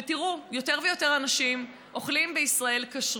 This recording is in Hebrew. ותראו, יותר ויותר אנשים שומרים בישראל כשרות,